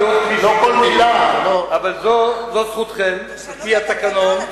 הפך להיות כלי, אבל, זו זכותכם לפי התקנון.